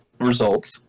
results